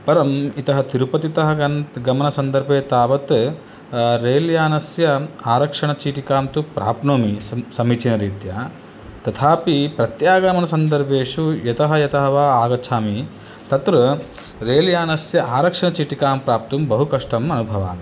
परम् इतः तिरुपतितः गन् गमनसन्दर्भे तावत् रेल्यानस्य आरक्षणचीटिकां तु प्राप्नोमि सं समीचिनरीत्या तथापि प्रत्यागमनसन्दर्भेषु यतः यतः वा आगच्छामि तत्र रेल्यानस्य आरक्षणचीटिकां प्राप्तुं बहु कष्टम् अनुभवामि